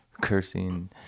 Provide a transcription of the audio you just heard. cursing